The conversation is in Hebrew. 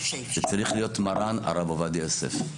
זה צריך להיות מרן הרב עובדיה יוסף.